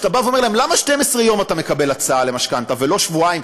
כשאתה שואל אותם למה 12 יום אתה מקבל הצעה למשכנתה ולא שבועיים,